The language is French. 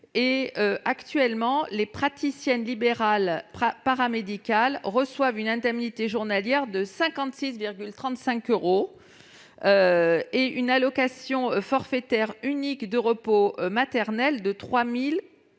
Actuellement, les praticiennes libérales paramédicales perçoivent une indemnité journalière de 56,35 euros, ainsi qu'une allocation forfaitaire unique de repos maternel de 3 428 euros